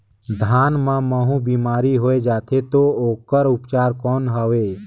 धान मां महू बीमारी होय जाथे तो ओकर उपचार कौन हवे?